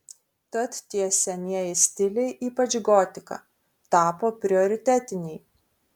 tad tie senieji stiliai ypač gotika tapo prioritetiniai